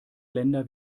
länder